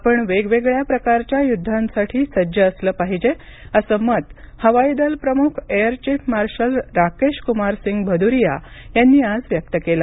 आपण वेगवेगळ्या प्रकारच्या युद्धांसाठी सज्ज असलं पाहिजे असं मत हवाई दल प्रमुख air chief marshal Rakesh Kumar Singh Bhadauria यांनी आज व्यक्त केलं